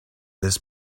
this